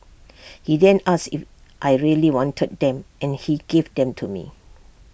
he then asked if I really wanted them and he gave them to me